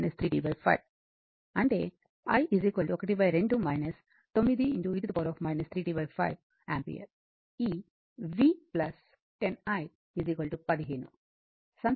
ఈ v 10 i 15 సంతృప్తికరంగా ఉందని గమనించండి